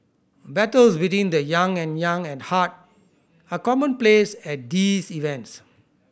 battles between the young and young at heart are commonplace at these events